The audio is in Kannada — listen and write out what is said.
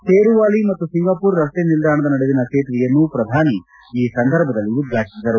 ಥೇರುವಾಲಿ ಮತ್ತು ಸಿಂಗಾಪೂರ್ ರಸ್ತೆ ನಿಲ್ಲಾಣದ ನಡುವಿನ ಸೇತುವೆಯನ್ನೂ ಪ್ರಧಾನಿ ಈ ಸಂದರ್ಭದಲ್ಲಿ ಉದ್ಘಾಟಿಸಿದರು